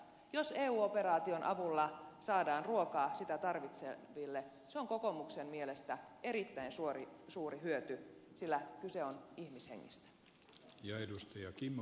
jos eu operaation avulla saadaan ruokaa sitä tarvitseville se on kokoomuksen mielestä erittäin suuri hyöty sillä kyse on ihmishengistä